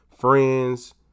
friends